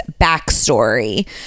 backstory